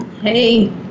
Hey